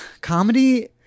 Comedy